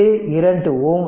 இது 2 Ω